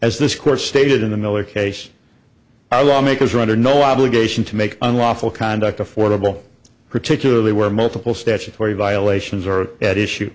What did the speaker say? as this court stated in the miller case our lawmakers are under no obligation to make unlawful conduct affordable particularly where multiple statutory violations are at issue